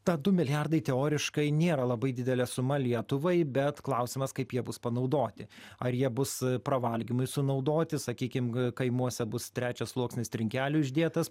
na du milijardai teoriškai nėra labai didelė suma lietuvai bet klausimas kaip jie bus panaudoti ar jie bus pravalgymui sunaudoti sakykim kaimuose bus trečias sluoksnis trinkelių uždėtas